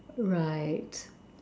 right